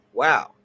wow